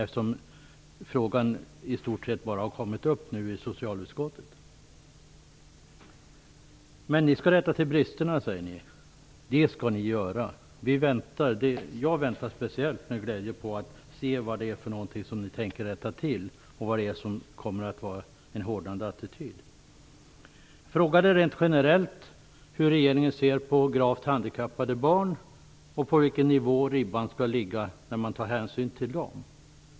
Den har i stort sett bara kommit upp nu i socialutskottet. Men regeringen skall rätta till bristerna, säger ministern. Det skall ni göra. Vi väntar, och jag väntar speciellt, med glädje på att se vad det är för någonting som regeringen tänker rätta till och vad det är som kommer att vara en hårdnande attityd. Frågan är rent generellt hur regeringen ser på gravt handikappade barn och på vilken nivå ribban skall ligga när man tar hänsyn till dem.